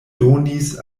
donis